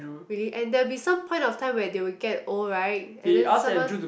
really and there will be some point of time where they will get old right and then someone